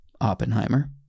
Oppenheimer